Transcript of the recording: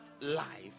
life